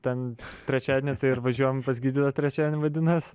ten trečiadienį tai ir važiuojam pas gydytą trečiadienį vadinas